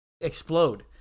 explode